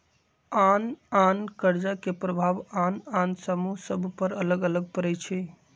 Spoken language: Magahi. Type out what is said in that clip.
आन आन कर्जा के प्रभाव आन आन समूह सभ पर अलग अलग पड़ई छै